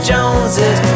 Joneses